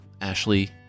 Ashley